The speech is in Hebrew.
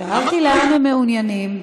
שאלתי לאן הם מעוניינים,